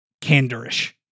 candorish